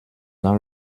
dans